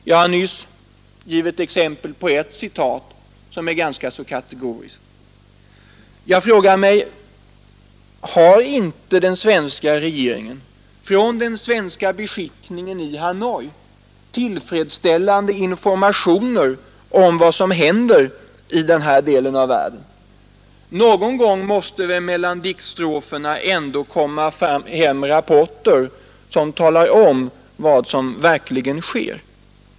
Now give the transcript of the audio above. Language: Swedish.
Jag har nyss anfört ett citat som är ganska kategoriskt. Jag frågar mig: Har inte den svenska regeringen från den svenska beskickningen i Hanoi tillfredsställande informationer om vad som händer i den här delen av världen? Någon gång måste väl mellan diktstroferna ändå komma hem rapporter som talar om vad som verkligen sker.